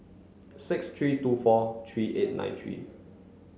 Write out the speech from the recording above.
six three two four three eight nine three